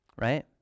right